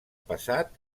passat